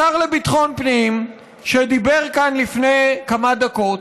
השר לביטחון פנים, שדיבר כאן לפני כמה דקות,